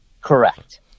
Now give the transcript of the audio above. Correct